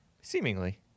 seemingly